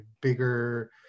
bigger